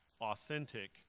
authentic